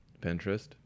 pinterest